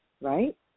right